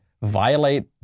violate